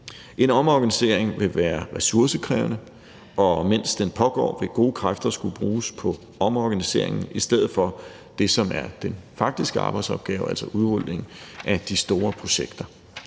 En omorganisering ville være ressourcekrævende, og mens den pågår, vil gode kræfter skulle bruges på omorganiseringen i stedet for det, som er den faktiske arbejdsopgave, altså udrulningen af de store projekter.